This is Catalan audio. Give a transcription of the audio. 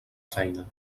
feina